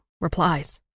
replies